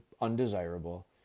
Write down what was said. undesirable